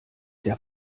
der